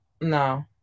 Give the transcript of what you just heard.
No